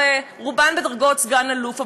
הרי רובן בדרגות סגן-אלוף,